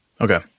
Okay